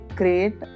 great